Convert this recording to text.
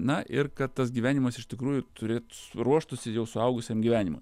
na ir kad tas gyvenimas iš tikrųjų turėt ruoštųsi jau suaugusiam gyvenimui